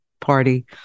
party